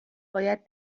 باید